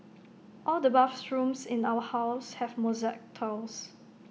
all the bathrooms in our house have mosaic tiles